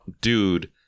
dude